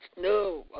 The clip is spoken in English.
No